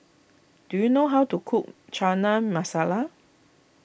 do you know how to cook Chana Masala